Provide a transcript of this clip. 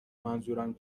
منظورم